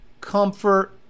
comfort